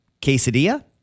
Quesadilla